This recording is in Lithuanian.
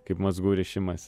kaip mazgų rišimas